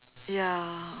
ya